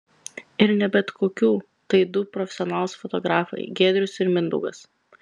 ir ne bet kokių tai du profesionalūs fotografai giedrius ir mindaugas